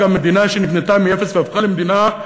מדינה שנבנתה מאפס והפכה למדינה,